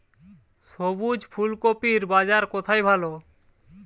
সবুজ ফুলকপির বাজার কোথায় ভালো?